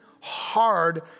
hard